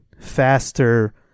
faster